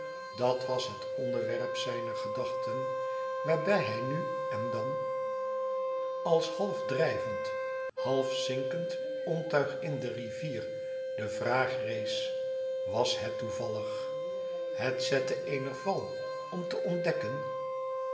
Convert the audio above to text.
dat was het onderwerp zijner gedachten waarbij nu en dan als half drijvend half zinkend ontuig in de rivier de vraag rees was het toevallig hel zetten eener val om te ontdekken